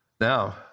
Now